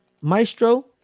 Maestro